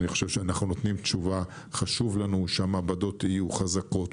אני חושב שאנחנו נותנים תשובה חשוב לנו שהמעבדות יהיו חזקות,